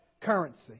currency